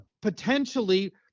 potentially